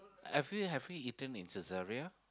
have you have you eaten in Saizeriya